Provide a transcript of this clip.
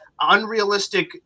unrealistic